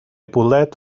bwled